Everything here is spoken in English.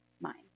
mind